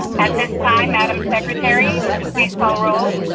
at this time, madam secretary, would you please call roll?